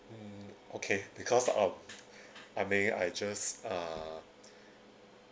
mm okay because of I may I just uh